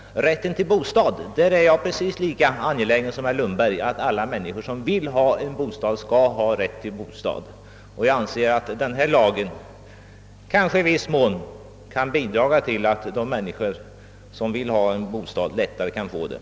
Vad beträffar rätten till bostad är jag precis lika angelägen som herr Lundberg om att alla människor som vill ha en bostad skall ha rätt till en sådan. Jag anser att denna lag kanske i viss mån kan bidra till att de människor som vill ha en bostad lättare skall kunna få den.